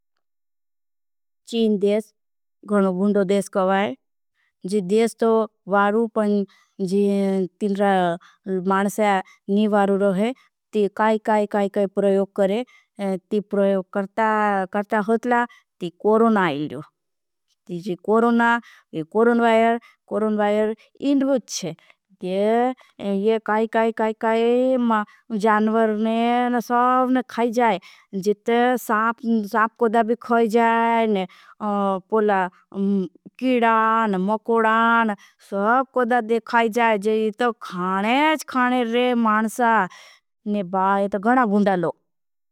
चीन देश, गुन्डो देश का वाई, जी देश तो वारू पण जी तीनरा मानसे नी वारू रोहे, ती काई-काई-काई-काई प्रयोग करे, ती प्रयोग करता होतला ती कोरोना आ इड़ो। की जाणवर ने सब खाय जाए, जी ते साप कोड़ा भी खाय जाए, कीड़ा, मकोड़ा, सब कोड़ा धेखाय जाय, जी तो खाने था खाने रहे मानस ने बा ये तो गणा बुंदा लो।